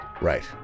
Right